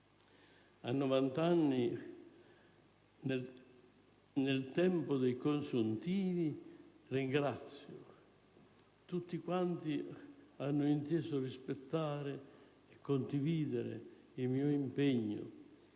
A 90 anni, nel tempo dei consuntivi, ringrazio tutti quanti hanno inteso rispettare e condividere il mio impegno,